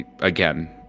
again